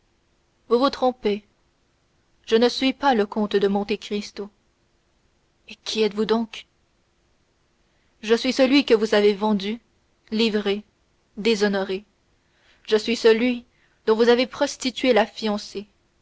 vous vous trompez je ne suis pas le comte de monte cristo et qui êtes-vous donc je suis celui que vous avez vendu livré déshonoré je suis celui dont vous avez prostitué la fiancée